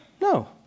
no